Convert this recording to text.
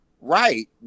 Right